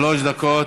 שלוש דקות.